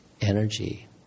energy